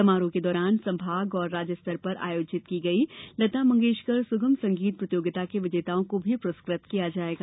समारोह के दौरान संभाग और राज्य स्तर पर आयोजित की गई लता मंगेषकर सुगम संर्गीत प्रतियोगिता के विजेताओं को भी पुरस्कृत किया जाएगा